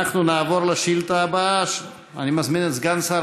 אנחנו נעבור לשאילתה הבאה, אני מזמין את סגן שר